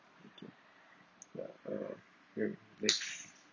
ya uh next